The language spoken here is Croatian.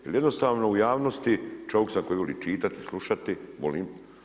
Jer jednostavno u javnosti čovjek sam koji voli čitati, slušati, volim.